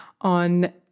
on